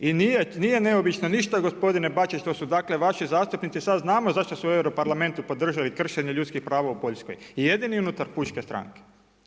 I nije neobično ništa gospodine Bačić što su dakle vaši zastupnici, sad znamo zašto su u Europarlamentu podržali kršenje ljudskih prava u Poljskoj, jedini unutar Pučke stranke.